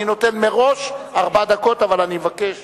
אני נותן מראש ארבע דקות, אבל אני מבקש